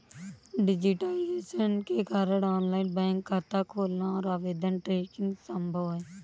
digitisation के कारण online bank खाता खोलना और आवेदन ट्रैकिंग संभव हैं